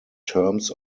terms